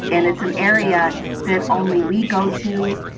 and it's an area that only we go to.